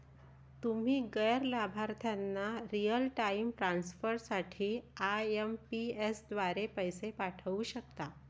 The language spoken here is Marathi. तुम्ही गैर लाभार्थ्यांना रिअल टाइम ट्रान्सफर साठी आई.एम.पी.एस द्वारे पैसे पाठवू शकता